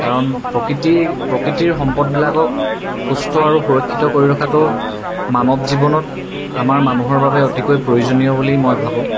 কাৰণ প্ৰকৃতি প্ৰকৃতিৰ সম্পদবিলাকক সুস্থ আৰু সুৰক্ষিত কৰি ৰখাটো মানৱ জীৱনত আমাৰ মানুহৰ বাবে অতিকৈ প্ৰয়োজনীয় বুলি মই ভাবোঁ